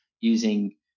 using